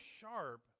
sharp